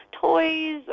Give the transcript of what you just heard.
toys